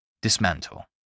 Dismantle